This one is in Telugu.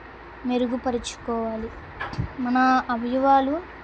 మెరుగుపరుచుకోవాలి మన అవయవాలు